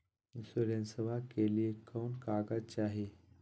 इंसोरेंसबा के लिए कौन कागज चाही?